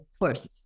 first